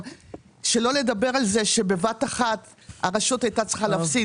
שלא לדבר על זה שבבת אחת הרשות הייתה צריכה להפסיד